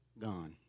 Gone